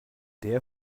der